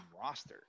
roster